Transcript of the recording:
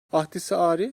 ahtisaari